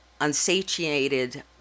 unsatiated